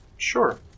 Sure